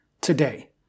today